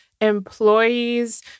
Employees